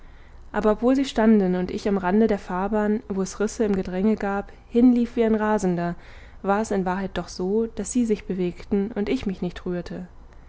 aber obwohl sie standen und ich am rande der fahrbahn wo es risse im gedränge gab hinlief wie ein rasender war es in wahrheit doch so daß sie sich bewegten und ich mich nicht rührte